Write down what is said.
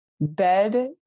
bed